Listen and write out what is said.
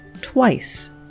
twice